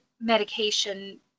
medication